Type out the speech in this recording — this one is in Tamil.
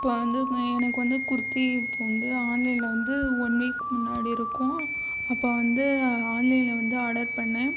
இப்போது வந்து எனக்கு வந்து குர்த்தி இப்போது வந்து ஆன்லைனில் வந்து ஒன் வீக் முன்னாடி இருக்கும் அப்போ வந்து ஆன்லைனில் வந்து ஆர்டர் பண்ணிணேன்